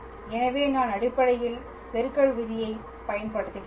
எனவே நான் அடிப்படையில் பெருக்கல் விதியைப் பயன்படுத்துகிறேன்